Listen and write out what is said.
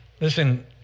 Listen